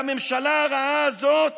והממשלה הרעה הזאת